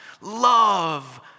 Love